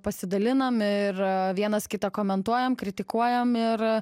pasidalinam ir vienas kitą komentuojam kritikuojam ir